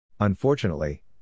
Unfortunately